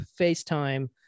facetime